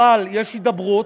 אבל יש הידברות.